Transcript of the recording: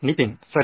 ನಿತಿನ್ ಸರಿ